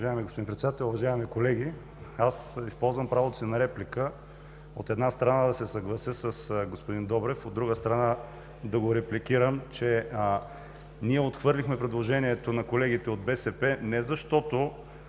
господин Председател, уважаеми колеги! Използвам правото си на реплика, от една страна, да се съглася с господин Добрев, а от друга страна, да го репликирам. Ние отхвърлихме предложението на колегите от БСП не защото